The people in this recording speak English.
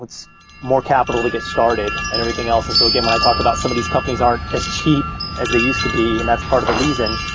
it's more capital to get started and everything else. and so again, when i talk about some of these companies aren't as cheap as they used to be, and that's part of the reason.